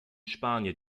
spanier